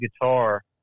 guitar